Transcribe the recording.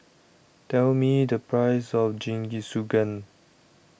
Tell Me The Price of Jingisukan